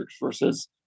versus